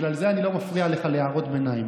בגלל זה אני לא מפריע לך להערות ביניים.